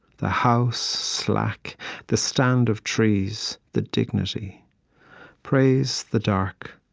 the house slack the stand of trees, the dignity praise the dark,